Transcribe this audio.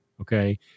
Okay